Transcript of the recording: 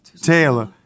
Taylor